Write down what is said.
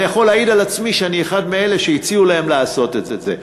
אני יכול להעיד על עצמי שאני אחד מאלה שהציעו להם לעשות את זה,